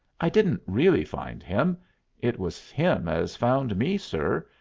i didn't really find him it was him as found me, sir.